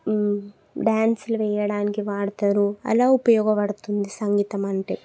డ్యాన్స్లు వేయడానికి వాడతారు అలా ఉపయోగపడుతుంది సంగీతం అంటే